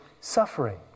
suffering